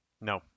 no